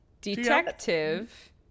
Detective